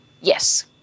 yes